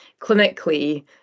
clinically